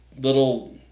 little